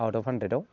out of हान्ड्रेडआव